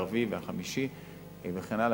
הרביעי והחמישי וכן הלאה,